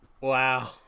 Wow